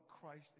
Christ